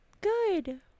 Good